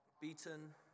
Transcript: beaten